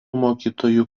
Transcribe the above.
mokytojų